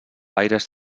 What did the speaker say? aires